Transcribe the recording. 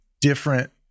different